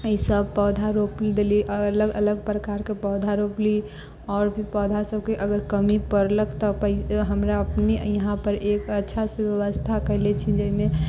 इसभ पौधा रोपि देलियै अलग अलग प्रकारके पौधा रोपलीह आओर भी पौधा सभके अगर कमी पड़लक तऽ हमरा अपने यहाँ पर एक अच्छा से व्यवस्था कयले छी जाहिमे